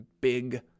big